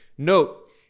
Note